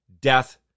death